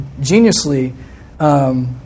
geniusly